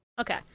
Okay